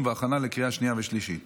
שבעה